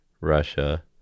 Russia